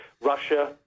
Russia